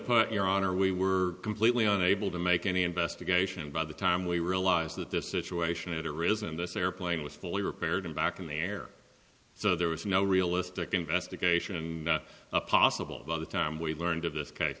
put your honor we were completely unable to make any investigation by the time we realize that this situation it or isn't this airplane was fully repaired and back in the air so there was no realistic investigation and a possible by the time we learned of this